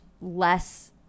less